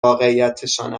واقعیتشان